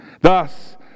Thus